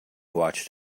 watched